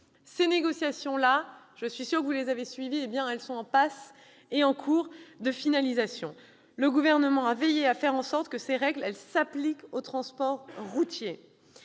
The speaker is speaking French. Ces négociations- je suis certaine que vous les avez suivies -sont en passe d'être finalisées. Le Gouvernement a veillé à faire en sorte que les règles s'appliquent au transport routier.